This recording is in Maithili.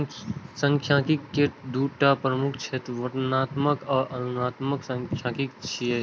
सांख्यिकी के दूटा प्रमुख क्षेत्र वर्णनात्मक आ अनुमानात्मक सांख्यिकी छियै